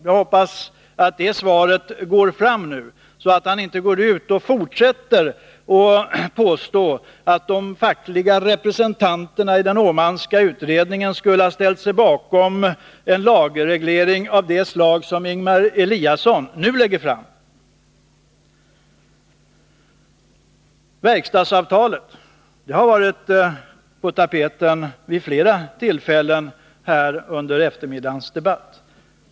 Jag hoppas att det svaret nu går fram, så att han inte fortsätter att påstå att de fackliga representanterna i den Åmanska utredningen skulle ha ställt sig bakom en lagreglering av det slag som Ingemar Eliasson nu lägger fram. Verkstadsavtalet har varit på tapeten vid flera tillfällen under eftermiddagens debatt.